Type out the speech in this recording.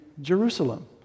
Jerusalem